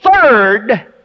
third